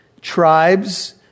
Tribes